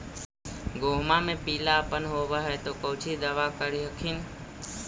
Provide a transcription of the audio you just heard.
गोहुमा मे पिला अपन होबै ह तो कौची दबा कर हखिन?